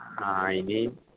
ആ ഇനി